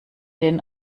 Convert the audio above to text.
den